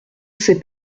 s’est